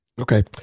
Okay